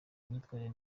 imyitwarire